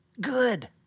good